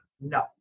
No